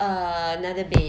uh another bed